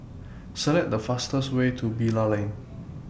Select The fastest Way to Bilal Lane